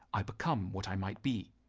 i become what i might be.